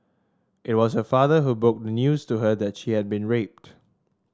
it was her father who broke the news to her that she had been raped